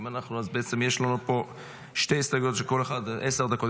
בעצם יש לנו פה שתי הסתייגויות שכל אחת עשר דקות.